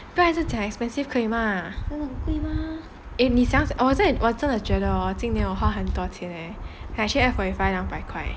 不要一直讲 expensive 可以 mah eh 我真的觉得我今年花很多钱 leh like 我去 f fortyfive 两百块